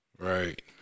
Right